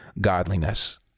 godliness